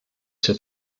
zur